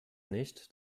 nicht